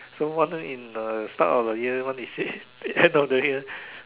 so one in the start of the year they said end of the year